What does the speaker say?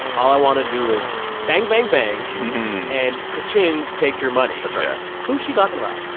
all i want to do is bang-bang-bang and ka-ching take your money that's right yeah who's she talking about?